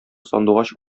сандугач